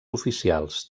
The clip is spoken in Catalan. oficials